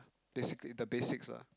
basically the basics lah